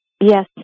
yes